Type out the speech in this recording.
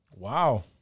Wow